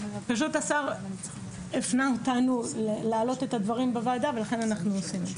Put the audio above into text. השר הפנה אותו להעלות את הדברים בוועדה ולכן אנחנו מעלים אותם.